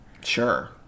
Sure